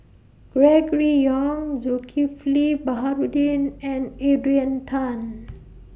Gregory Yong Zulkifli Baharudin and Adrian Tan